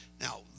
Now